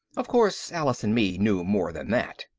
of course alice and me knew more than that.